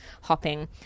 hopping